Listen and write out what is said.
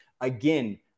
Again